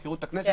מזכירות הכנסת.